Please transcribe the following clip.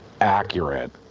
accurate